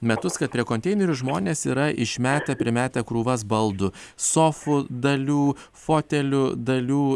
metus kad prie konteinerių žmonės yra išmetę primetę krūvas baldų sofų dalių fotelių dalių